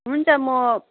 हुन्छ म